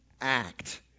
act